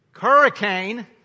hurricane